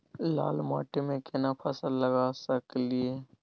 लाल माटी में केना फसल लगा सकलिए?